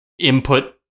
input